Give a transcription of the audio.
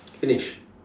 finished